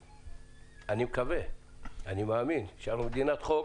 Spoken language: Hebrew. אני מקווה ואני מאמין שאנחנו מדינת חוק